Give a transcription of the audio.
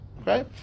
Okay